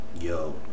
Yo